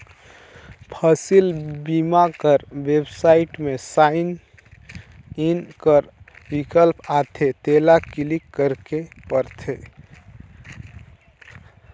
फसिल बीमा कर बेबसाइट में साइन इन कर बिकल्प आथे तेला क्लिक करेक परथे